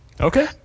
Okay